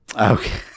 Okay